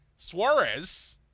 Suarez